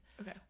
Okay